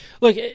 Look